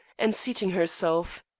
and seating herself.